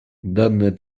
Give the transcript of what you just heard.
данная